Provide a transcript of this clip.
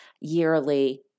yearly